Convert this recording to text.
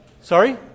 Sorry